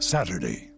Saturday